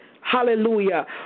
Hallelujah